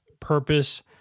Purpose